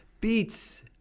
beats